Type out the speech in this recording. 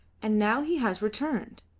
and now he had returned.